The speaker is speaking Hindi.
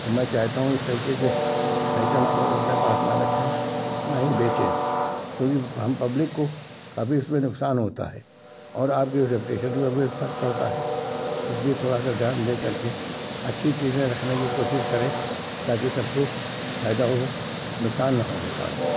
तो मैं चाहता हूँ इस तरीके के आइटम्स को आप अपने पास न रखें ना ही बेचें क्योंकि हम पब्लिक को काफ़ी इसमें नुकसान होता है और अपके रैप्यूटेशन पर भी फर्क पड़ता है इसलिए थोड़ा सा ध्यान दे करके अच्छी चीजें रखने की कोशिश करें ताकि सबको फायदा हो नुकसान ना होने पाए